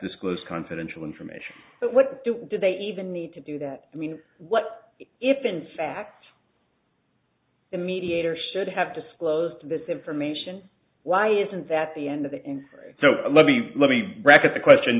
disclose confidential information but what do do they even need to do that i mean what if in fact the mediator should have disclosed this information why isn't that the end of the answer so let me let me record the question